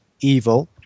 evil